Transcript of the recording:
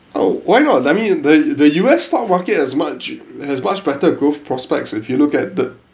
oh why not I mean the the U_S stock market has much has much better growth prospects if you look at the